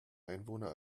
einwohner